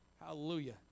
Hallelujah